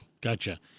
gotcha